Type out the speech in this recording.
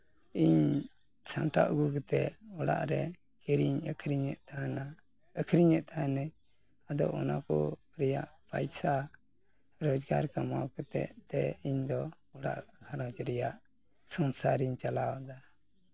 ᱤᱧ ᱥᱟᱢᱴᱟᱣ ᱟᱹᱜᱩ ᱠᱟᱛᱮᱫ ᱚᱲᱟᱜ ᱨᱮ ᱠᱤᱨᱤᱧ ᱟᱹᱠᱷᱨᱤᱧᱮᱫ ᱛᱟᱦᱮᱱᱟ ᱟᱹᱠᱨᱤᱧᱮᱫ ᱛᱟᱦᱮᱱᱟᱹᱧ ᱟᱫᱚ ᱚᱱᱟ ᱠᱚ ᱨᱮᱭᱟᱜ ᱯᱟᱭᱥᱟ ᱨᱳᱡᱽᱜᱟᱨ ᱠᱟᱢᱟᱣ ᱠᱟᱛᱮᱫ ᱮᱱᱛᱮ ᱤᱧᱫᱚ ᱚᱲᱟᱜ ᱜᱷᱟᱨᱚᱸᱡᱽ ᱨᱮᱭᱟᱜ ᱥᱚᱝᱥᱟᱨᱤᱧ ᱪᱟᱞᱟᱣᱮᱫᱟ